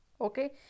okay